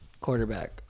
quarterback